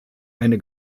eine